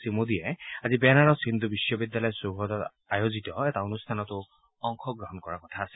শ্ৰীমোদীয়ে আজি বেনাৰছ হিন্দু বিশ্ববিদ্যালয় টেহদত আয়োজিত এটা অনুষ্ঠানতো অংশগ্ৰহণ কৰাৰ কথা আছে